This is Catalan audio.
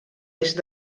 est